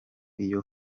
iyo